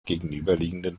gegenüberliegenden